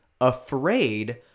afraid